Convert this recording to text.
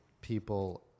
people –